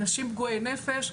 אנשים פגועי נפש,